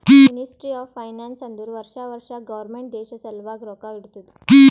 ministry of finance ಅಂದುರ್ ವರ್ಷಾ ವರ್ಷಾ ಗೌರ್ಮೆಂಟ್ ದೇಶ ಸಲ್ವಾಗಿ ರೊಕ್ಕಾ ಇಡ್ತುದ